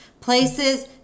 places